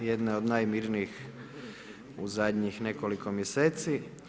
Jedna od najmirnijih u zadnjih nekoliko mjeseci.